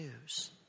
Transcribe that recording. news